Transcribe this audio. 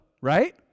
right